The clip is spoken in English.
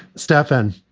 stefan.